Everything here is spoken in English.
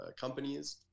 companies